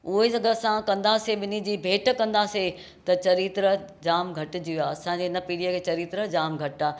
उहो ई जॻहि असां कंदासीं ॿिनी जी भेट कंदासीं त चरित्र जाम घटिजी वियो असांजी हिन पीढ़ीअ जो चरित्र जाम घटि आहे